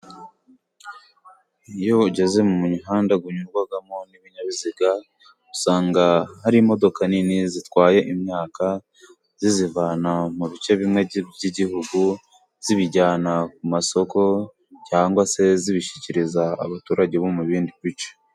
Iyo ugeze mu mihanda unyurwamo n'ibinyabiziga, usanga hari imodoka nini zitwaye imyaka ziyivana mu bice bimwe by'igihugu zibijyana ku masoko cyangwag se zibishyikiriza abaturage bo mu bindi bice.